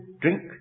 drink